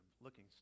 looking